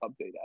update